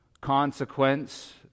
consequence